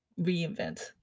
reinvent